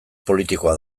politikoa